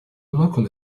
local